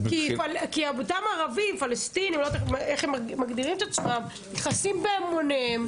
אותם ערבים או פלסטינים נכנסים בהמוניהם,